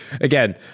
again